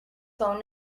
phone